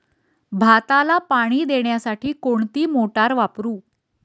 भाताला पाणी देण्यासाठी कोणती मोटार वापरू?